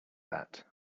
that